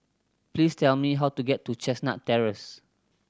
please tell me how to get to Chestnut Terrace